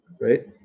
right